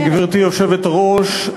גברתי היושבת-ראש,